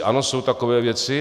Ano, jsou takové věci.